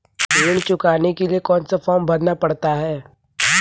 ऋण चुकाने के लिए कौन सा फॉर्म भरना पड़ता है?